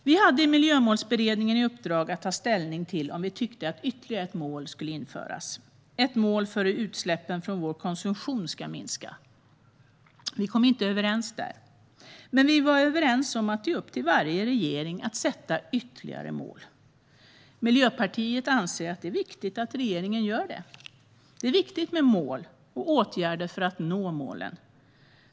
Vi hade i Miljömålsberedningen i uppdrag att ta ställning till om vi tyckte att ytterligare ett mål borde införas - ett mål för hur utsläppen från vår konsumtion ska minska. Vi kom inte överens där, men vi var överens om att det är upp till varje regering att sätta ytterligare mål. Miljöpartiet anser att det är viktigt att regeringen gör det. Det är viktigt med mål och åtgärder för att nå målen.